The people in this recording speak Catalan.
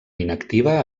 inactiva